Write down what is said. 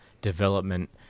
development